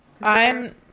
I'm-